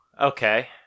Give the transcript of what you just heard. Okay